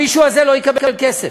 המישהו הזה לא יקבל כסף.